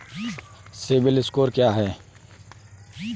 CIBIL score क्या है?